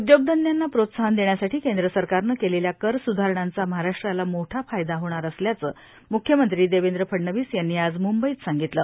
उद्योगधंद्यांना प्रोत्साहन देण्यासाठी केंद्र सरकारनं केलेल्या कर सुधारणांचा महाराष्ट्राला भोव फायदा होणार असल्याचं मुख्यमंत्री देवेंद्र फडणवीस यांनी आज मुंबईत सांगितलं